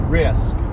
risk